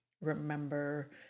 remember